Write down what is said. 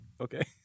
Okay